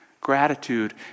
Gratitude